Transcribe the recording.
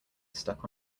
stuck